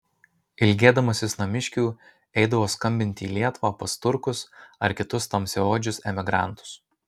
ilgėdamasis namiškių eidavo skambinti į lietuvą pas turkus ar kitus tamsiaodžius emigrantus